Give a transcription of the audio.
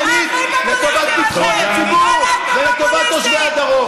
שפועלת עניינית לטובת כל הציבור ולטובת תושבי הדרום.